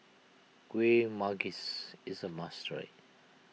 Kueh Manggis is a must try